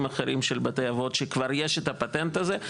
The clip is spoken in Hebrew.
אחרים של בתי אבות שכבר יש את הפטנט הזה,